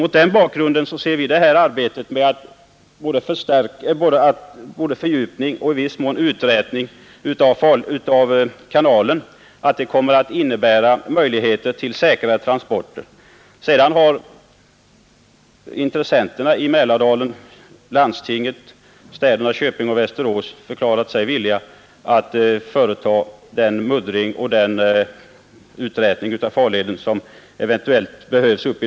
Mot den bakgrunden anser vi att arbetet med en fördjupning och i viss mån uträtning av kanalen kommer att innebära möjligheter till säkrare transporter. Vidare har intressenterna i Mälardalen — landstingen samt städerna Köping och Västerås — förklarat sig villiga att företa den muddring och uträtning av farleden som eventuellt behövs.